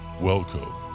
Welcome